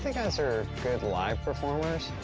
guys are good live performers.